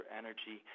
energy